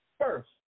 First